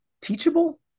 teachable